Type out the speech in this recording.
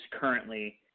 currently